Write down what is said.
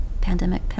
pandemic